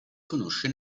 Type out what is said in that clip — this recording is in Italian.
conosce